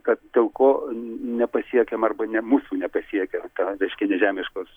kad dėl ko nepasiekiam arba ne mūsų nepasiekia ta reiškia nežemiškos